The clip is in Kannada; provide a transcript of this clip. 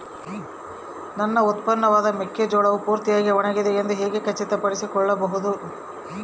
ನನ್ನ ಉತ್ಪನ್ನವಾದ ಮೆಕ್ಕೆಜೋಳವು ಪೂರ್ತಿಯಾಗಿ ಒಣಗಿದೆ ಎಂದು ಹೇಗೆ ಖಚಿತಪಡಿಸಿಕೊಳ್ಳಬಹುದು?